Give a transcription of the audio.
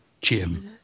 Jim